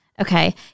Okay